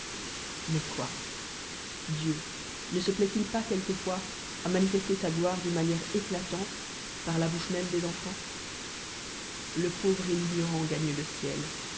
mais quoi dieu ue se plaît-il pas quelquefois à manifester sa gloire d'une manière datante pal la bouche même des enf nls le pauvre et j'ignorant gagnent le ciel